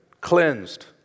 cleansed